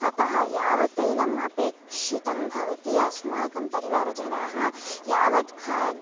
अतः यावत् तैलम् अपेक्षितं भवति अस्माकं परिवारजनाः यावत्